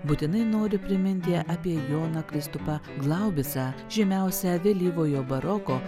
būtinai nori priminti apie joną kristupą glaubicą žymiausią vėlyvojo baroko